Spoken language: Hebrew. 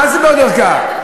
מה זה בעוד ערכאה?